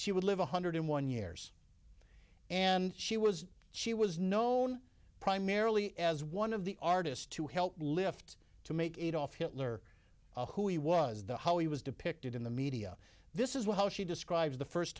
she would live one hundred one years and she was she was known primarily as one of the artists who helped lift to make adolf hitler who he was the how he was depicted in the media this is what how she describes the first